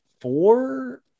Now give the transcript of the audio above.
four